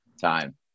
time